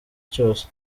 cyose